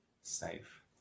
safe